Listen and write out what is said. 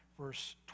Verse